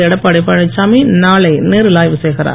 எடப்பாடி பழனிசாமி நாளை நேரில் ஆய்வு செய்கிறார்